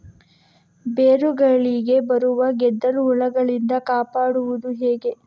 ಬೇರುಗಳಿಗೆ ಬರುವ ಗೆದ್ದಲು ಹುಳಗಳಿಂದ ಕಾಪಾಡುವುದು ಹೇಗೆ?